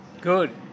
Good